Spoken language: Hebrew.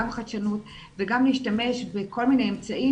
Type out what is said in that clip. גם חדשנות וגם להשתמש בכל מיני אמצעים